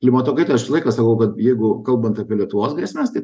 klimato kaita aš visą laiką sakau kad jeigu kalbant apie lietuvos grėsmes tai